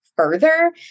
Further